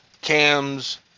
Cam's